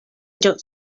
ello